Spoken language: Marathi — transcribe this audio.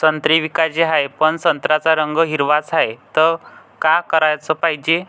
संत्रे विकाचे हाये, पन संत्र्याचा रंग हिरवाच हाये, त का कराच पायजे?